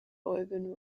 urban